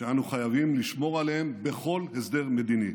שאנו חייבים לשמור עליהם בכל הסדר מדיני.